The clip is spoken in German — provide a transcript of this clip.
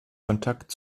kontakt